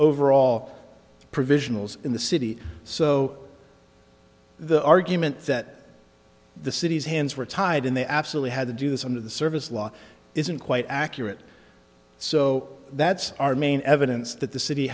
overall provisionals in the city so the argument that the city's hands were tied and they absolutely had to do this under the service law isn't quite accurate so that's our main evidence that the city